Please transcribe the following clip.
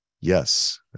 Yes